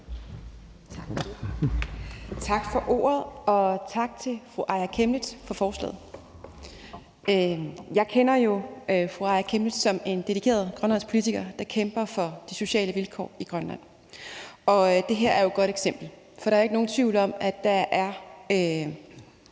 Tak for ordet, og tak til fru Aaja Chemnitz for forslaget. Jeg kender jo fru Aaja Chemnitz som en dedikeret grønlandspolitiker, der kæmper for de sociale vilkår i Grønland, og det her er jo et godt eksempel, for der er ikke nogen tvivl om, at etablering